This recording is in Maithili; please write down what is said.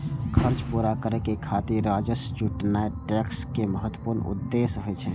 खर्च पूरा करै खातिर राजस्व जुटेनाय टैक्स के महत्वपूर्ण उद्देश्य होइ छै